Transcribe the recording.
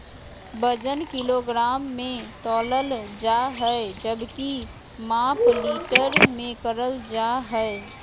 वजन किलोग्राम मे तौलल जा हय जबकि माप लीटर मे करल जा हय